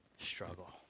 struggle